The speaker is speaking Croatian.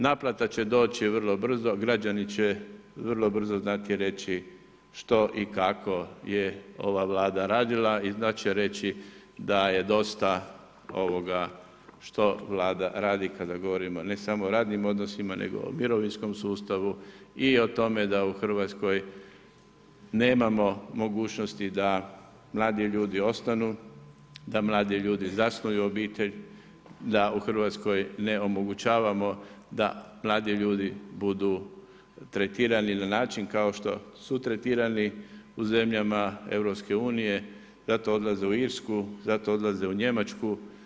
Naplata će doći vrlo brzo, građani će vrlo brzo znati reći što i kako je ova Vlada radila i znat će reći da je dosta ovoga što Vlada radi kada govorimo o radnim odnosima nego o mirovinskom sustavu i o tome da u Hrvatskoj nemamo mogućnosti da mladi ljudi ostanu, da mladi ljudi zasnuju obitelj, da u Hrvatskoj ne omogućavamo da mladi ljudi budu tretirani na način kao što su tretirani u zemljama EU, zato odlaze u Irsku, zato odlaze u Njemačku.